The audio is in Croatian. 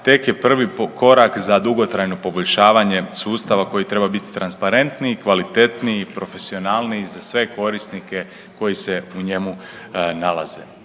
tek je prvi korak za dugotrajno poboljšavanje sustava koji treba biti transparentniji, kvalitetniji, profesionalniji za sve korisnike koji se u njemu nalaze.